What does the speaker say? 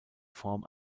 form